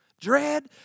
Dread